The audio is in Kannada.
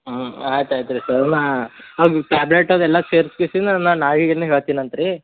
ಹ್ಞೂ ಆಯ್ತು ಆಯ್ತು ರೀ ಸರ್ ನಾ ಅದು ಟ್ಯಾಬ್ಲೆಟ್ ಅದೆಲ್ಲ ಸೇರಿ ಸೇರಿಸಿ ನಾ ಹೇಳ್ತೀನಂತೆ ರೀ